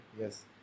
yes